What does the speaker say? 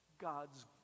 God's